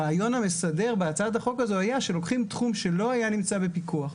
הרעיון המסדר בהצעת החוק הזו היה שלוקחים תחום שלא היה נמצא בפיקוח,